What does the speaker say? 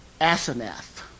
Asenath